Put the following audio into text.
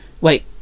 Wait